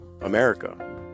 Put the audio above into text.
America